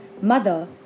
mother